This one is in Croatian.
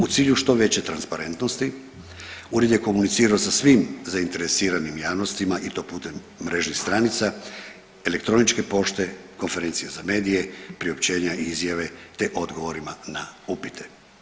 U cilju što veće transparentnosti ured je komunicirao sa svim zainteresiranim javnostima i to putem mrežnih stranica, elektroničke pošte, konferencije za medije, priopćenja i izjave, te odgovorima na upite.